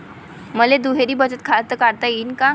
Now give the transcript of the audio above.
मले दुहेरी बचत खातं काढता येईन का?